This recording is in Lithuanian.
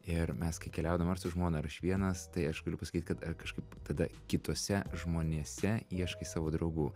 ir mes kai keliaudavom ar su žmona ar aš vienas tai aš galiu pasakyt kad kažkaip tada kituose žmonėse ieškai savo draugų